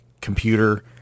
computer